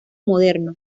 moderno